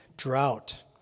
drought